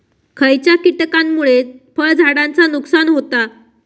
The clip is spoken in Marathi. खयच्या किटकांमुळे फळझाडांचा नुकसान होता?